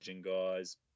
guys